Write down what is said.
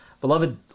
Beloved